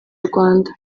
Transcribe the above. rwanda